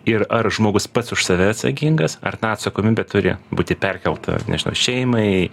ir ar žmogus pats už save atsakingas ar ta atsakomybė turi būti perkelta nežinau šeimai